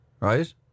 Right